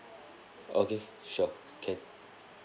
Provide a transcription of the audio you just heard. okay sure can